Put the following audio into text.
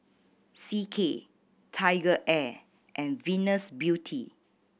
C K TigerAir and Venus Beauty